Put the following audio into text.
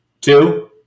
Two